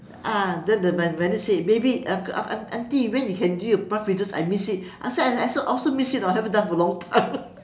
ah then the my my niece say maybe aunt aunt auntie when you can you do your prawn fritters I miss it I say I I also miss it ah I haven't done it for long time